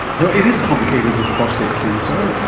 so it is complicated with prostate cancer,